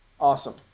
Awesome